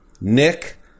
Nick